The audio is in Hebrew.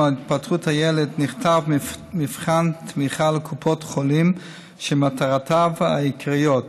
התפתחות הילד נכתב מבחן תמיכה לקופות החולים שמטרותיו העיקריות: